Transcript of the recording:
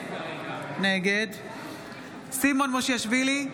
נגד סימון מושיאשוילי,